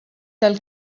tal